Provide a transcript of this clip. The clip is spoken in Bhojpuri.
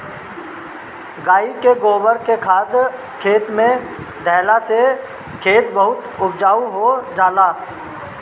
गाई के गोबर के खाद खेते में देहला से खेत बहुते उपजाऊ हो जाला